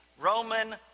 Roman